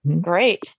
great